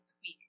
tweak